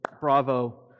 bravo